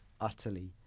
utterly